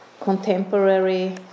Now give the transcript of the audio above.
contemporary